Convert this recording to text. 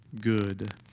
good